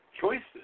choices